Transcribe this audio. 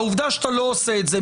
העובדה שאתה לא עושה את זה,